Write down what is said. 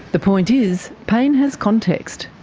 the point is, pain has context,